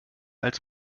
als